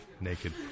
Naked